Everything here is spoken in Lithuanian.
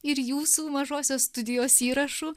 ir jūsų mažosios studijos įrašų